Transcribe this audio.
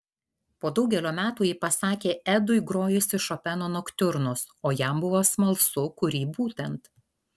po daugelio metų ji pasakė edui grojusi šopeno noktiurnus o jam buvo smalsu kurį būtent